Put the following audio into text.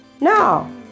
No